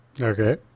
Okay